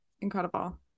Incredible